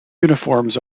uniforms